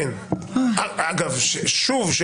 שוב,